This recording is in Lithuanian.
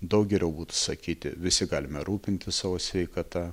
daug geriau būtų sakyti visi galime rūpintis savo sveikata